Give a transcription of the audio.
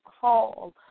call